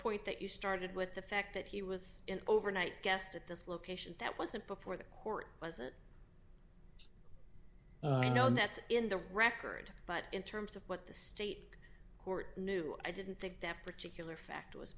point that you started with the fact that he was an overnight guest at this location that wasn't before the court wasn't that in the record but in terms of what the state court knew i didn't think that particular fact was